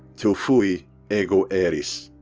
tu fui ego eris.